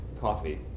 coffee